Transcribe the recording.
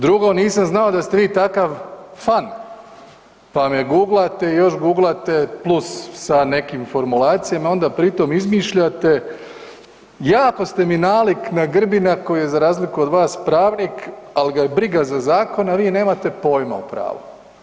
Drugo, nisam znao da ste vi takav fan pa me guglate, još guglate plus sa nekim formulacijama, onda pritom izmišljate, jako ste mi nalik na Grbina, koji je, za razliku od vas, pravnik, ali ga je briga za zakon, a vi nemate pojma o pravu.